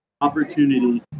opportunity